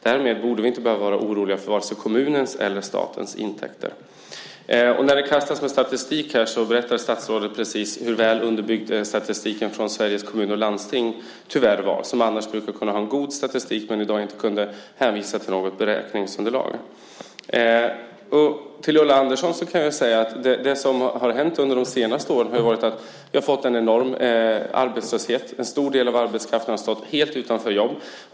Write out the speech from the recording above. Därmed borde vi inte behöva vara oroliga för vare sig kommunens eller statens intäkter. Det talas om statistik här. Statsrådet berättade precis hur väl underbyggd statistiken från Sveriges Kommuner och Landsting tyvärr var. De brukar annars ha en god statistik, men kunde i dag inte hänvisa till något beräkningsunderlag. Till Ulla Andersson vill jag säga att det som hänt under de senaste åren har varit att vi har fått en enorm arbetslöshet. En stor del av arbetskraften har stått helt utan jobb.